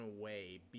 away